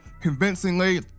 convincingly